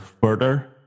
further